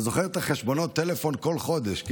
אתה זוכר את חשבונות הטלפון כל חודש,